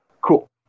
Cool